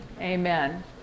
Amen